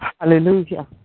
Hallelujah